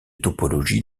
topologie